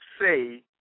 say